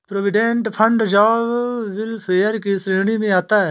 provident fund job welfare की श्रेणी में आता है